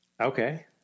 Okay